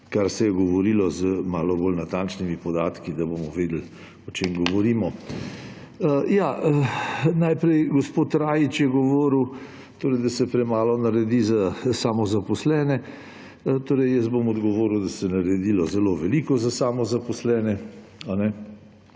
kar se je govorilo, z malo bolj natančnimi podatki, da bomo vedeli, o čem govorimo. Najprej, gospod Rajić je govoril, da se premalo naredi za samozaposlene. Odgovoril bom, da se je naredilo zelo veliko za samozaposlene